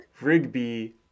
Rigby